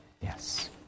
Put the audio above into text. Yes